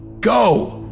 Go